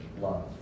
love